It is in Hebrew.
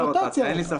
רוטציה.